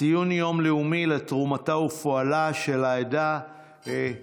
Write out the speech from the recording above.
ציון יום ההוקרה הלאומי לתרומתה ופועלה של העדה הדרוזית,